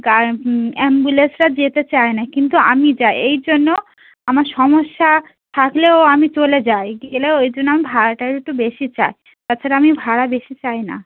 গাড়ি অ্যাম্বুলেন্সরা যেতে চায় না কিন্তু আমি যাই এই জন্য আমার সমস্যা থাকলেও আমি চলে যাই গেলে ওই জন্য আমি ভাড়াটা একটু বেশি চাই তাছাড়া আমি ভাড়া বেশি চাই না